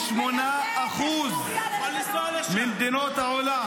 88% ממדינות העולם.